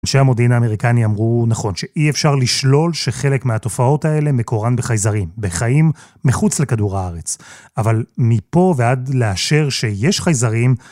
אנשי המודיעין האמריקני אמרו, נכון, שאי אפשר לשלול שחלק מהתופעות האלה מקורן בחייזרים, בחיים מחוץ לכדור הארץ. אבל מפה ועד לאשר שיש חייזרים..